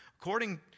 according